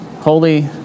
holy